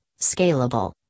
Scalable